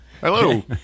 Hello